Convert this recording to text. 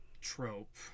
...trope